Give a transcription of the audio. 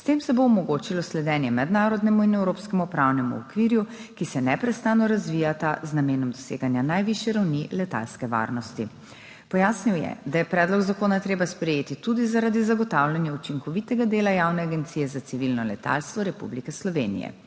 S tem se bo omogočilo sledenje mednarodnemu in evropskemu pravnemu okviru, ki se neprestano razvijata z namenom doseganja najvišje ravni letalske varnosti. Pojasnil je, da je predlog zakona treba sprejeti tudi zaradi zagotavljanja učinkovitega dela Javne agencije za civilno letalstvo Republike Slovenije,